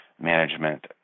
management